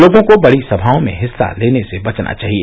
लोगों को बडी सभाओं में हिस्सा लेने से बचना चाहिए